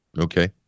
Okay